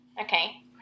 Okay